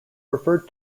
referred